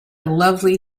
lovely